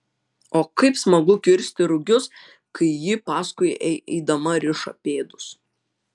o kaip smagu kirsti rugius kai ji paskui eidama riša pėdus